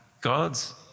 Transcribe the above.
God's